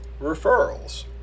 referrals